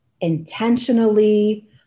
intentionally